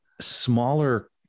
smaller